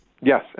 Yes